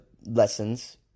lessons